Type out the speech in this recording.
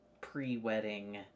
pre-wedding